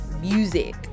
music